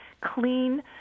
clean